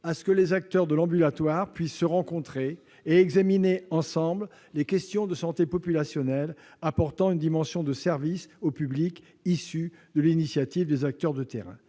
sorte que les acteurs de l'ambulatoire puissent se rencontrer et examiner ensemble les questions de santé populationnelle, apportant ainsi une dimension de service au public issue de l'initiative des acteurs de terrain.